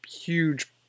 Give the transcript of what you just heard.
huge